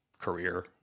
career